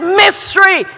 mystery